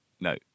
no